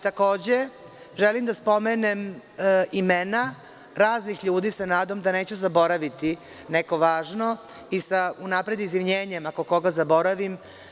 Takođe, želim da spomenem imena raznih ljudi sa nadom da neću zaboraviti neko važno i unapred sa izvinjenjem ako nekog zaboravim.